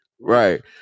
right